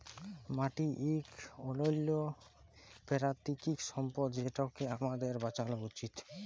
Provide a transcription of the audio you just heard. মাটি ইক অলল্য পেরাকিতিক সম্পদ যেটকে আমাদের বাঁচালো উচিত